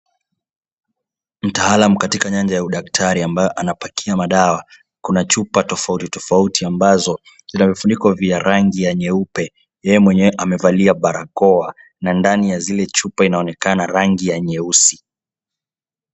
Mtaalam katika nyanja ya udaktari ambaye anapakia madawa. Kuna chupa tofauti tofauti ambazo zina vifuniko vya rangi ya nyeupe. Yeye mwenyewe amevalia barakoa na ndani ya zile chupa inaonekana rangi ya nyeusi.